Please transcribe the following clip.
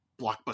blockbuster